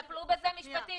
טפלו בזה משפטית,